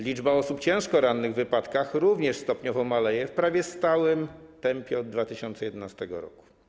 Liczba osób ciężko rannych w wypadkach również stopniowo maleje w prawie stałym tempie od 2011 r.